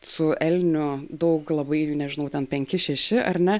su elnių daug labai jų nežinau ten penki šeši ar ne